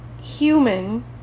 human